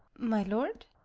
my lord?